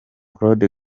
claude